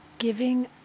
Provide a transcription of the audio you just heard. giving